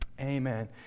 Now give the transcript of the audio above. Amen